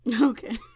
Okay